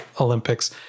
Olympics